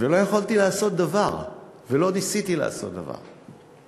ולא יכולתי לעשות דבר ולא ניסיתי לעשות דבר.